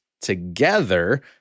together